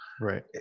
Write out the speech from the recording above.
Right